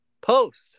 post